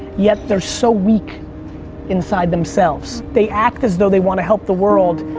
yet they're so weak inside themselves. they act as though they want to help the world,